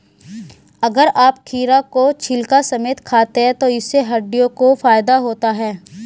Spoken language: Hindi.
अगर आप खीरा को छिलका समेत खाते हैं तो इससे हड्डियों को फायदा होता है